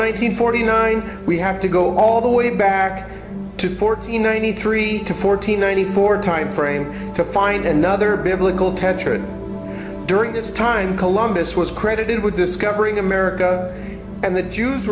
hundred forty nine we have to go all the way back to fourteen ninety three to fourteen ninety four timeframe to find another biblical tetra during this time columbus was credited with discovering america and